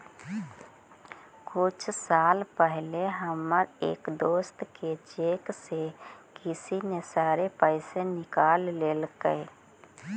कुछ साल पहले हमर एक दोस्त के चेक से किसी ने सारे पैसे निकाल लेलकइ